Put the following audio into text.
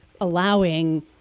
allowing